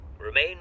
Remain